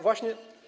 Właśnie.